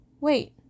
Wait